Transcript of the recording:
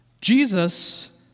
Jesus